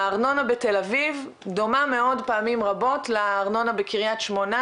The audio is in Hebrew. הארנונה בתל אביב דומה מאוד פעמים רבות לארנונה בקריית שמונה,